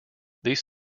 these